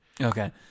Okay